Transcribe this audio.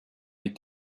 est